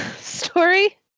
story